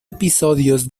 episodios